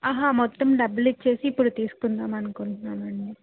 ఆహా మొత్తం డబ్బులిచ్చేసి ఇప్పుడు తీసుకుందామనుకుంటున్నామండి